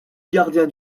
gardien